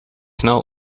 snel